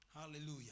Hallelujah